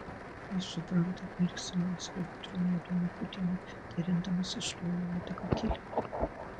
jis supranta mirksi man savo gudriom juodom akutėm ir gerindamasis šluoja uodega kilimą